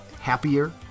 happier